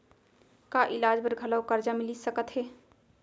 का इलाज बर घलव करजा मिलिस सकत हे?